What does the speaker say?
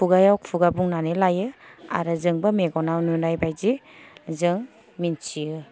खुगायाव खुगा बुंनानै लायो आरो जोंबो मेगनाव नुनाय बायदि जों मोनथियो